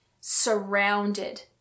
surrounded